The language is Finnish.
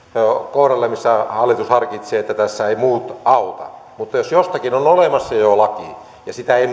kohdalle missä hallitus harkitsee niin että tässä eivät muut auta jos jostakin on jo olemassa laki ja sitä ei